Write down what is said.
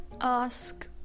ask